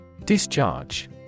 Discharge